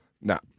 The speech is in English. No